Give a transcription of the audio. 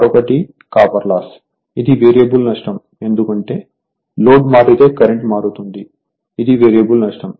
మరొకటి copper loss ఇది variable నష్టం ఎందుకంటే లోడ్ మారితే కరెంట్ మారుతుంది ఇది వేరియబుల్ నష్టం